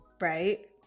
Right